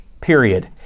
period